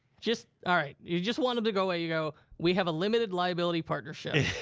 just, all right, you just want them to go away, you go, we have a limited liability partnership.